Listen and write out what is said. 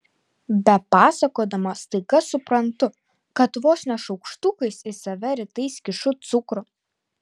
bepasakodama staiga suprantu kad vos ne šaukštukais į save rytais kišu cukrų